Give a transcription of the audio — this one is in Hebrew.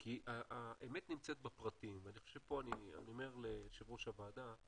כי האמת נמצאת בפרטים ואני אומר פה ליושב ראש הוועדה,